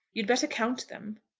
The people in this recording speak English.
you'd better count them.